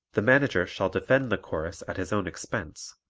the manager shall defend the chorus at his own expense,